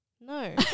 No